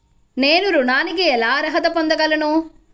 నేను ఋణానికి ఎలా అర్హత పొందగలను?